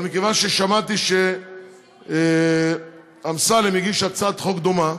אבל מכיוון ששמעתי שאמסלם הגיש הצעת חוק דומה,